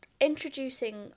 introducing